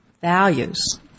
values